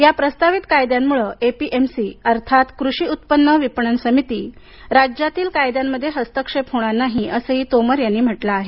या प्रस्तावित कायद्यांमुळे ए पी एम सी अर्थात कृषी उत्पन्न विपणन समिती राज्यातील कायद्यांमध्ये हस्तक्षेप होणार नाही असंही तोमर यांनी म्हटलं आहे